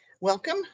welcome